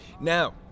Now